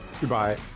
Goodbye